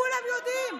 כולם יודעים,